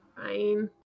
Fine